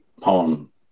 poem